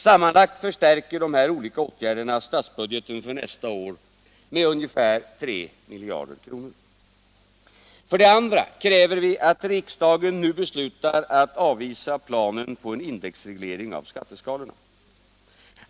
Sammanlagt förstärker dessa åtgärder statsbudgeten för nästa år med ungefär 3 miljarder kronor. För det andra kräver vi att riksdagen nu beslutar att avvisa planen på en indexreglering av skatteskalorna.